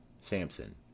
Samson